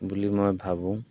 বুলি মই ভাবোঁ